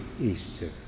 Easter